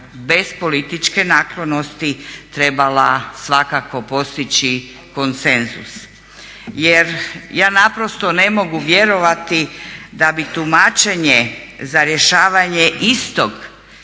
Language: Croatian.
bez političke naklonosti trebala svakako postići konsenzus jer ja ne mogu vjerovati da bi tumačenje za rješavanje istog